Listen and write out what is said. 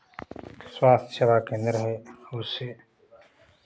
स्वास्थ्य सेवा केंद्र है उससे